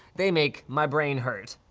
they make my brain hurt.